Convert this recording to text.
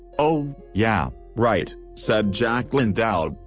oh, yeah, right, said jacqueline dowd,